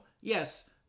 yes